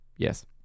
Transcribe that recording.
Yes